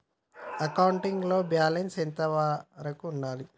Accounting లో balance ఎంత వరకు ఉండాలి?